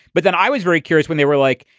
but then i was very cure's when they were like,